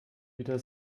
wieder